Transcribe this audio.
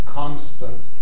constant